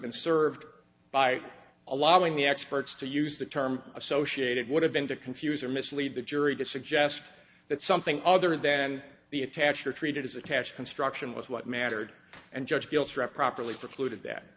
been served by allowing the experts to use the term associated would have been to confuse or mislead the jury to suggest that something other then the attacks were treated as a cash construction was what mattered and judged guilty rep properly precluded that